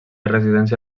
residència